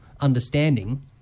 understanding